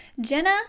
Jenna